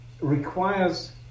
requires